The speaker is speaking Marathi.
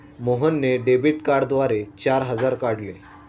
मोहनने डेबिट कार्डद्वारे चार हजार काढले